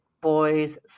boys